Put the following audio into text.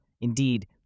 indeed